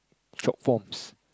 short forms